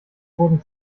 wurden